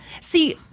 See